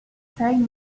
taille